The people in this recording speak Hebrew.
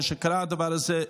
כשקרה הדבר הזה,